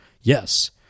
yes